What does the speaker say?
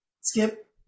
Skip